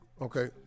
Okay